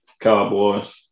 Cowboys